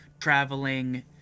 traveling